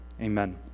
Amen